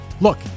Look